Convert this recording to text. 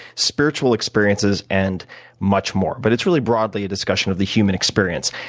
spiritual experiences, and much more. but it's really broadly a discussion of the human experience.